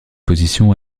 position